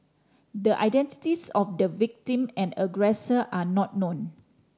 the identities of the victim and aggressor are not known